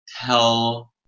tell